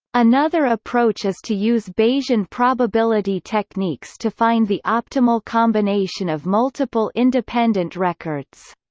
another approach is to use bayesian probability techniques to find the optimal combination of multiple independent records.